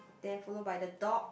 then followed by the dog